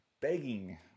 begging